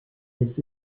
his